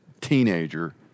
teenager